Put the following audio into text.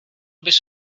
bys